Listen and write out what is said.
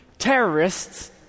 terrorists